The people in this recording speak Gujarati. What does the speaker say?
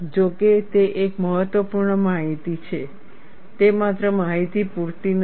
જો કે તે એક મહત્વપૂર્ણ માહિતી છે તે માત્ર માહિતી પૂરતી નથી